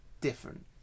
different